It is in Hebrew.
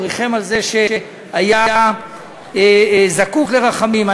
הוא ריחם על זה שהיה זקוק לרחמים.